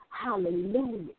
Hallelujah